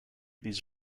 these